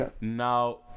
now